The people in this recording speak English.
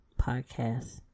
podcast